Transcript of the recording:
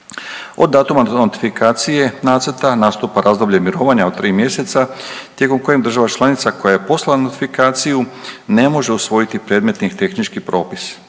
Od datuma notifikacije nacrta nastupa razdoblje mirovanja od 3 mjeseca tijekom kojeg država članica koja je poslala notifikaciju ne može usvojiti predmetni tehnički propis.